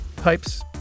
pipes